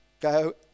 go